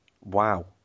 wow